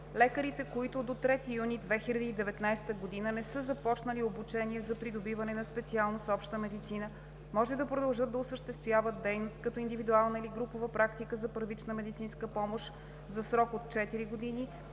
Лекарите, които до 3 юни 2019 г. не са започнали обучение за придобиване на специалност „Обща медицина“, може да продължат да осъществяват дейност като индивидуална или групова практика за първична медицинска помощ за срок от 4 години